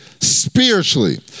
spiritually